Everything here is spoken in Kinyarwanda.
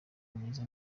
myiza